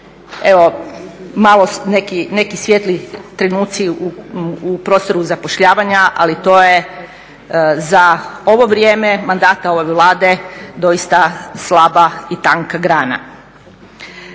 Evo, malo neki svjetliji trenuci u prostoru zapošljavanja ali to je za ovo vrijeme mandata ove Vlade doista slaba i tanka grana.